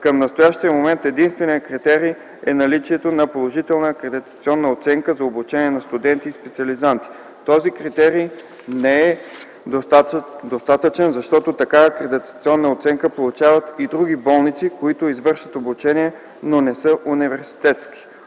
Към настоящия момент единственият критерий е наличието на положителна акредитационна оценка за обучение на студенти и специализанти. Този критерий не е достатъчен, защото такава акредитационна оценка получават и други болници, които извършват обучение, но не са университетски.